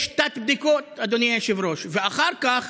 יש תת-בדיקות, אדוני היושב-ראש, ואחר כך